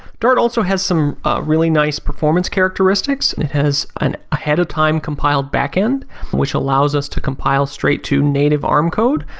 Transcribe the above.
dart also has some ah really nice performance characteristics, it has an ahead of time compiled back end which allows us to compile straight to native arm code,